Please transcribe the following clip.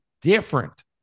different